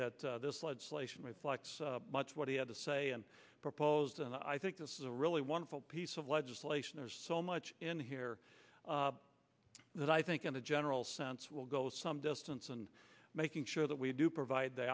that this legislation with much of what he had to say and proposed and i think this is a really wonderful piece of legislation there's so much in here that i think in a general sense will go some distance and making sure that we do provide the